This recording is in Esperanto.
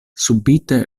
subite